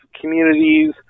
communities